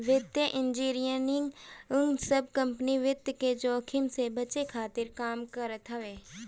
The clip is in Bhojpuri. वित्तीय इंजनियरिंग सब कंपनी वित्त के जोखिम से बचे खातिर काम करत हवे